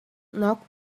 knocked